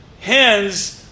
hands